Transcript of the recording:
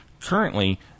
Currently